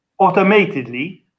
automatedly